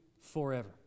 forever